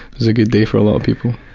was a good day for a lot of people.